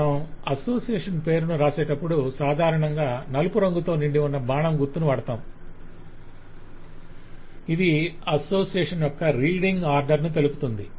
మనం అసోసియేషన్ పేరును వ్రాసేటప్పుడు సాధారణంగా నలుపు రంగుతో నిండి ఉన్న బాణం గుర్తును వాడతాం ఇది అసోసియేషన్ యొక్క రీడింగ్ ఆర్డర్ ని తెలుపుతుంది